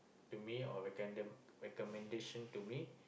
to me or recommended recommendation to me